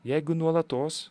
jeigu nuolatos